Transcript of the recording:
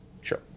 Sure